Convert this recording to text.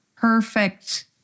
perfect